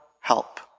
help